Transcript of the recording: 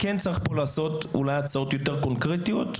יש להעלות הצעות קונקרטיות,